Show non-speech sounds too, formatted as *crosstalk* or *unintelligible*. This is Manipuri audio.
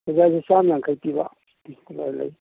*unintelligible* ꯆꯥꯃ ꯌꯥꯡꯈꯩ ꯄꯤꯕ *unintelligible*